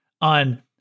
on